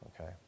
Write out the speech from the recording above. Okay